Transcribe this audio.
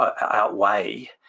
outweigh